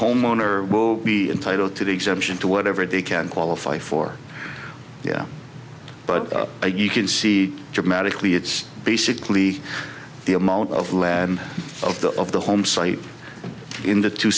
homeowner will be entitled to the exemption to whatever they can qualify for yeah but you can see dramatically it's basically the amount of land of the of the home site in the two